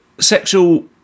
sexual